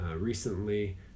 recently